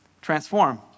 transform